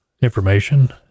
information